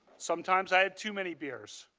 sometimes i had too many beers.